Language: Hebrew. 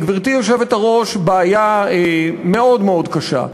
גברתי היושבת-ראש, בעיה מאוד מאוד קשה.